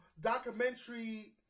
documentary